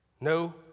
No